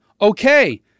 Okay